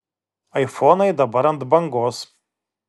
aifonai dabar ant bangos